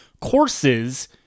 courses